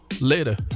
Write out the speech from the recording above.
later